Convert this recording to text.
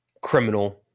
criminal